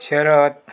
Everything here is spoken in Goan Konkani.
शरत